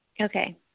Okay